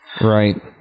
Right